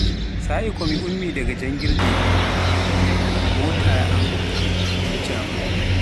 sa'ire ko ummitini daga janngirde mi tawi motawa an wujjaamaa.